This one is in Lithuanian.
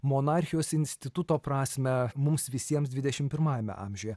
monarchijos instituto prasmę mums visiems dvidešimt pirmajame amžiuje